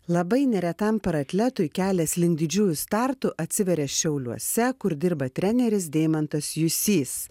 labai neretam paratletui kelias link didžiųjų startų atsiveria šiauliuose kur dirba treneris deimantas jusys